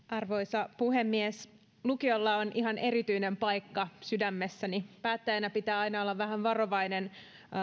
arvoisa puhemies lukiolla on ihan erityinen paikka sydämessäni päättäjänä pitää aina olla vähän varovainen